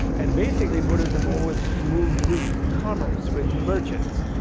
and basically, buddhism always moved with commerce, with merchants.